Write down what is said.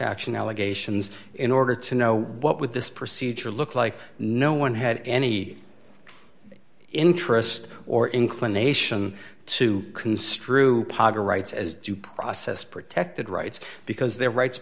action allegations in order to know what with this procedure look like no one had any interest or inclination to construe paga rights as due process protected rights because their rights